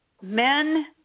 Men